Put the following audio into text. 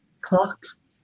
clocks